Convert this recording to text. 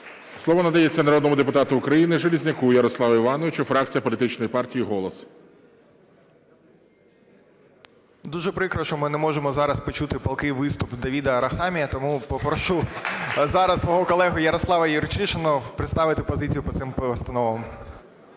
Слово надається народному депутату України Железняку Ярославу Івановичу, фракція політичної партії "Голос". 14:21:39 ЖЕЛЕЗНЯК Я.І. Дуже прикро, що ми не можемо зараз почути палкий виступ Давида Арахамії. Тому попрошу зараз мого колегу Ярослава Юрчишина представити позицію по цим постановам.